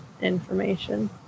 information